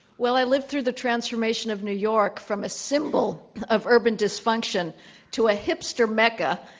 well, i lived through the transformation of new york from a symbol of urban dysfunction to a hipster mecca